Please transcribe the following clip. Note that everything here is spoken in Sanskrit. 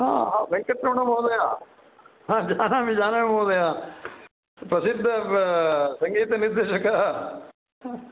हा वेङ्कटरमणमहोदय जानामि जानामि महोदय प्रसिद्धसङ्गीतनिर्देशकः